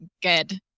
Good